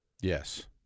Yes